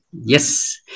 Yes